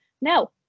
No